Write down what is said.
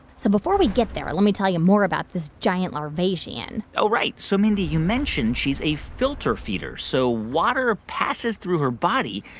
so before we get there, let me tell you more about this giant larvacean oh, right. so, mindy, you mentioned she's a filter feeder. so water passes through her body,